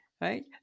Right